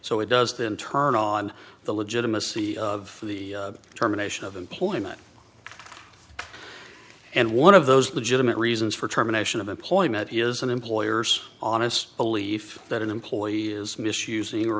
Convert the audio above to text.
it does then turn on the legitimacy of the determination of employment and one of those legitimate reasons for terminations of employment is an employer's honest belief that an employee is misusing